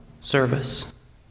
service